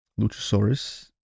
Luchasaurus